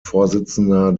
vorsitzender